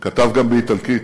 כתב גם באיטלקית.